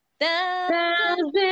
thousand